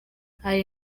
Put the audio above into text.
hari